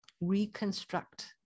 reconstruct